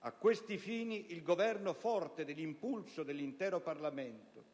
A questi fini, il Governo, forte dell'impulso dell'intero Parlamento